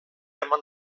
eman